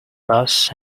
bus